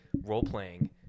role-playing